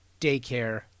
daycare